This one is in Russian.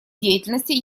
деятельности